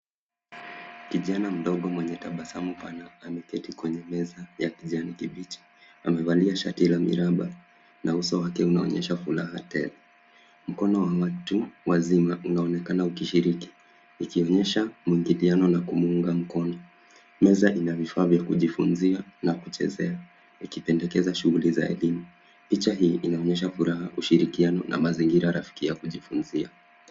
Kijana mdogo mwenye tabasamu pana ameketi kwenye meza ya kijani kibichi. Amevalia shati la miraba na uso wake unaonyesha furaha tele. Mkono wa watu wazima unaonekana ukishiriki ikionyesha mwingiliano na kumuunga mkono. Meza ina vifaa vya kujifunzia na kuchezea ikipendekeza shughuli za elimu. Picha hii inaonyesha furaha, ushirikiano na mazingira rafiki ya kujifunzia.